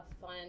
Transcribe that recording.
fun